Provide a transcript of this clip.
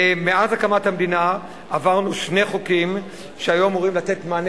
מאז הקמת המדינה עברנו שני חוקים שהיו אמורים לתת מענה